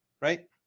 right